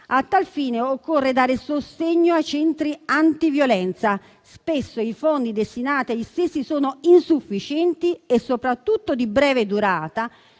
A tal fine, occorre dare sostegno ai centri antiviolenza. Spesso, i fondi destinati agli stessi sono insufficienti e soprattutto di breve durata,